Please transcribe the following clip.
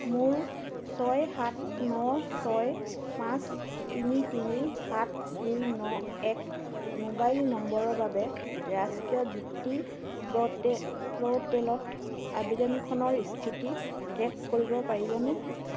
মোৰ ছয় সাত ন ছয় পাঁচ তিনি তিনি সাত দুই ন এক মোবাইল নম্বৰৰ বাবে ৰাষ্ট্ৰীয় বৃত্তি পৰ্টেল পৰ্টেলত আৱেদনখনৰ স্থিতি ট্ৰে'ক কৰিব পাৰিবনে